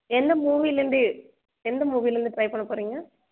என்ன மூவிலந்து எந்த மூவிலந்து ட்ரை பண்ண போகறீங்க